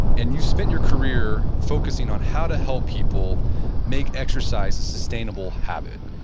and you've spent your career focusing on how to help people make exercise a sustainable habit.